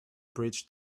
bridge